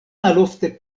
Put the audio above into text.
malofte